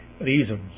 reasons